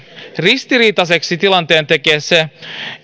ristiriitaiseksi tilanteen tekee se